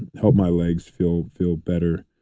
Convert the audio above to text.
and helped my legs feel feel better